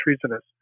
treasonous